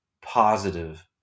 positive